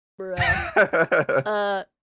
Bruh